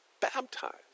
baptized